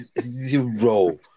Zero